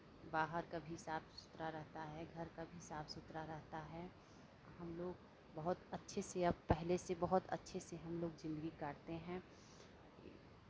बाहर का भी साफ सुथरा रहता है घर का भी साफ सुथरा रहता है हमलोग बहुत अच्छे से अब पहले से बहुत अच्छे से हमलोग ज़िन्दगी काटते हैं